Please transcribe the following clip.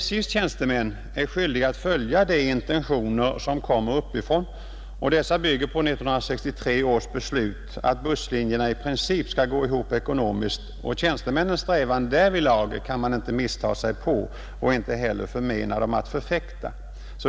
SJ:s tjänstemän är skyldiga följa de intentioner som kommer uppifrån, och dessa bygger på 1963 års beslut att busslinjerna i princip skall gå ihop ekonomiskt, och tjänstemännens strävan därvidlag kan man icke misstaga sig på och inte heller förmena dem att förfäkta.